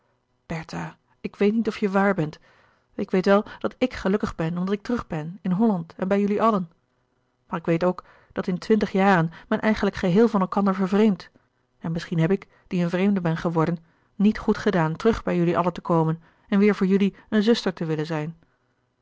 ik weet niet of je waar bent ik weet wel dat ik gelukkig ben omdat ik terug ben in holland en bij jullie allen maar ik weet ook dat in twintig jaren men eigenlijk geheel van elkander vervreemdt en misschien heb ik die een vreemde ben geworden niet goed gedaan terug bij jullie allen te komen en weêr voor jullie een zuster te willen zijn